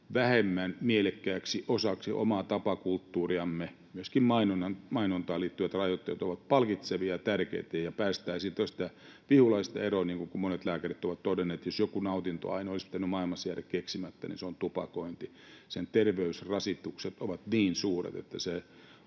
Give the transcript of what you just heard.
vähemmän mielekkääksi osaksi omaa tapakulttuuriamme, myöskin mainontaan liittyvät rajoitteet, ovat palkitsevia ja tärkeitä, jotta päästäisiin tästä vihulaisesta eroon. Niin kuin monet lääkärit ovat todenneet, jos joku nautintoaine olisi pitänyt maailmassa jäädä keksimättä, niin se on tupakka. Sen terveysrasitukset ovat niin suuret, että se